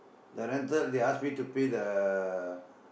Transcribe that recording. the rental they ask me to pay the